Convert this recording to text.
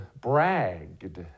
bragged